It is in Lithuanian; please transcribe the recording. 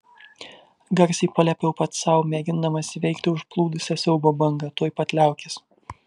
garsiai paliepiau pats sau mėgindamas įveikti užplūdusią siaubo bangą tuoj pat liaukis